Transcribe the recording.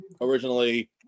originally